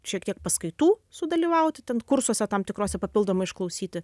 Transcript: šiek tiek paskaitų sudalyvauti ten kursuose tam tikruose papildomai išklausyti